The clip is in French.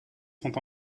sont